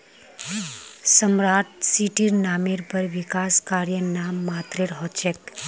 smart सिटीर नामेर पर विकास कार्य नाम मात्रेर हो छेक